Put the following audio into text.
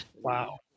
Wow